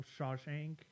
Shawshank